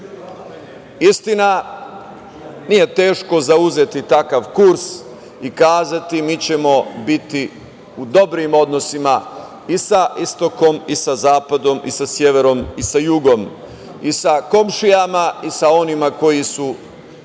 nije teško zauzeti takav kurs i kazati – mi ćemo biti u dobrim odnosima i sa istokom i sa zapadom i sa severom i sa jugom, sa komšijama i sa onima koji su